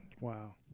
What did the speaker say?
Wow